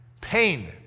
pain